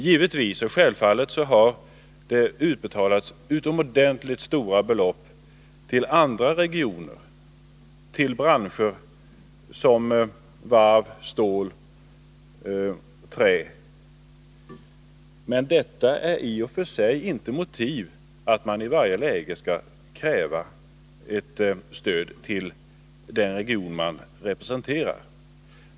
Givetvis har det utbetalats utomordentligt stora belopp till andra regioner, till branscher som varv, stål och trä. Men detta är i och för sig inte motiv för att man i varje läge skall kräva ett stöd till den region man representerar.